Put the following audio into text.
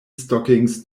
stockings